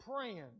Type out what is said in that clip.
praying